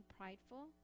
prideful